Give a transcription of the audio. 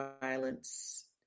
violence